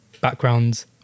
backgrounds